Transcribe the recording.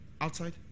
Outside